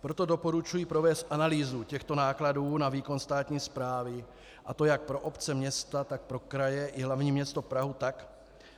Proto doporučuji provést analýzu těchto nákladů na výkon státní správy, a to jak pro obce, města, tak pro kraje i hlavní město Prahu tak,